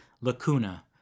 lacuna